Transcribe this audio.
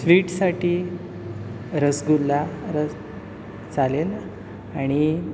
स्वीटसाठी रसगुल्ला रस चालेल आणि